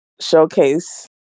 showcase